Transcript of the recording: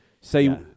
Say